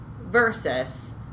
versus